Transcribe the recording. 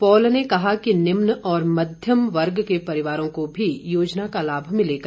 Paul ने कहा कि निम्न और मध्यम वर्ग के परिवारों को भी योजना का लाभ मिलेगा